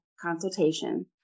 consultation